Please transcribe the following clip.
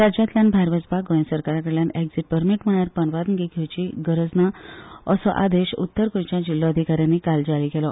राज्यांतल्यान भायर वचपाक गोंय सरकारा कडल्यान एक्सीट परमीट म्हळ्यार परवानगी घेवपाची गरज ना असो आदेश उत्तर गोंयच्या जिल्हो अधिकाऱ्यान काल जारी केलो